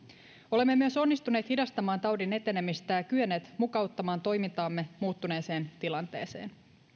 olemme myös onnistuneet hidastamaan taudin etenemistä ja kyenneet mukauttamaan toimintaamme muuttuneeseen tilanteeseen